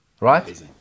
Right